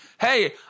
hey